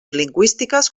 lingüístiques